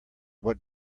what